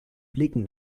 blicken